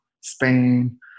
Spain